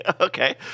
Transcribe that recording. Okay